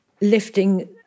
lifting